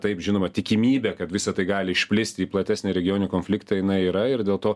taip žinoma tikimybė kad visa tai gali išplisti į platesnį regioninį konfliktą jinai yra ir dėl to